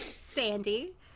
Sandy